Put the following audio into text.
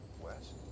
West